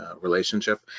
relationship